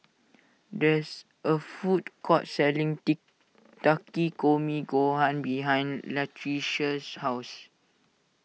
there is a food court selling Takikomi Gohan behind Latricia's house